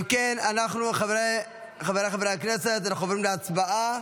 אם כן, חבריי חברי הכנסת, אנחנו עוברים להצבעה.